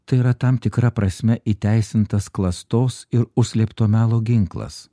tai yra tam tikra prasme įteisintas klastos ir užslėpto melo ginklas